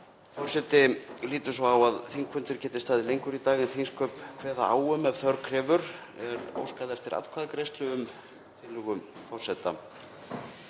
Forseti lítur svo á að þingfundur geti staðið lengur en þingsköp kveða á um ef þörf krefur. Er óskað eftir atkvæðagreiðslu um tillögu forseta?